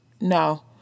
no